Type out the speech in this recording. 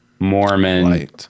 mormon